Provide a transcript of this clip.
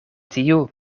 tiu